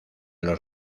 los